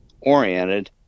oriented